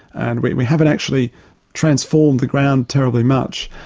and we we haven't actually transformed the ground terribly much.